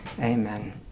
amen